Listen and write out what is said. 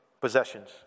possessions